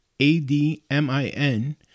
A-D-M-I-N